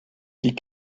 die